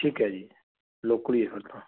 ਠੀਕ ਹੈ ਜੀ ਲੋਕਲ ਹੀ ਹੈ ਫਿਰ ਤਾਂ